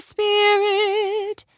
Spirit